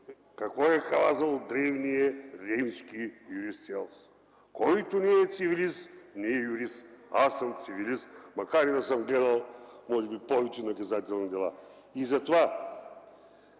Какво е казал древният римски юрист Целс: „Който не е цивилист, не е юрист.” Аз съм цивилист, макар и да съм гледал може би повече наказателни дела. Госпожо